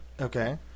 okay